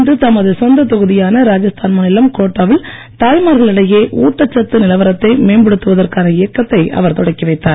இன்று தமது சொந்தத் தொகுதியான ராஜஸ்தான் மாநிலம் கோட்டா வில் தாய்மார்களிடையே ஊட்டச் சத்து நிலவரத்தை மேம்படுத்துவதற்கான இயக்கத்தைஅவர் தொடக்கி வைத்தார்